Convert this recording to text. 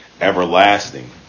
everlasting